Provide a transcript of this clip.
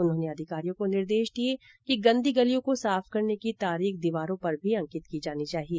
उन्होंने अधिकारियों को निर्देश दिये कि गन्दी गलियों को साफ करने की तारीख दीवारों पर मी अंकित की जानी चाहिए